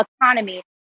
economy